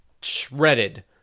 shredded